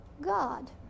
God